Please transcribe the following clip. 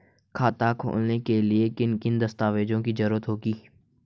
खाता खोलने के लिए किन किन दस्तावेजों की जरूरत होगी?